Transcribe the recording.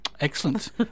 excellent